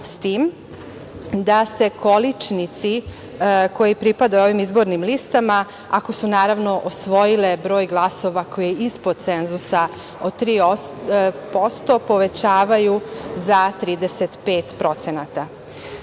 s tim da se količnici koji pripadaju ovim izbornim listama, ako su osvojile broj glasova koji je ispod cenzusa od 3%, povećavaju za 35%.S